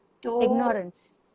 Ignorance